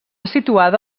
situada